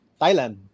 Thailand